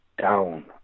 down